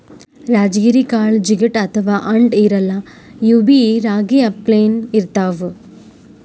ರಾಜಗಿರಿ ಕಾಳ್ ಜಿಗಟ್ ಅಥವಾ ಅಂಟ್ ಇರಲ್ಲಾ ಇವ್ಬಿ ರಾಗಿ ಅಪ್ಲೆನೇ ಇರ್ತವ್